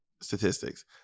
statistics